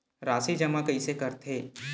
राशि जमा कइसे करथे?